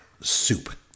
Soup